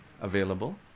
available